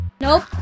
Nope